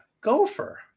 gopher